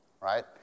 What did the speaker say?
right